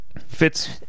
Fits